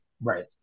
right